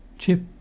Chip